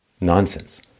nonsense